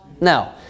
No